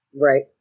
Right